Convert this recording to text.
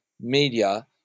media